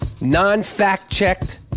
non-fact-checked